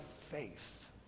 faith